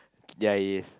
ya he is